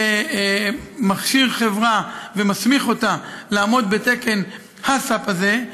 כשמכון התקנים מכשיר חברה ומסמיך אותה לעמוד בתקן HACCP הזה,